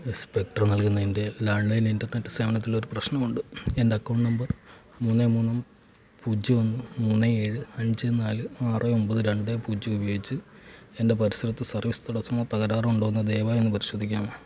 Spectra നൽകുന്ന എൻ്റെ landline internet സേവനത്തിൽ ഒരു പ്രശ്നമുണ്ട് എൻ്റെ അക്കൗണ്ട് നമ്പർ മൂന്ന് മൂന്നും പൂജ്യം ഒന്നും മൂന്ന് ഏഴ് അഞ്ച് നാല് ആറ് ഒമ്പത് രണ്ട് പൂജ്യം ഉപയോഗിച്ച് എൻ്റെ പരിസരത്ത് സർവീസ് തടസ്സമോ തകരാറോ ഉണ്ടോ എന്ന് ദയവായി ഒന്ന് പരിശോധിക്കാമോ